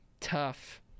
Tough